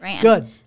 good